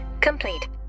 complete